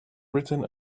written